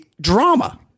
drama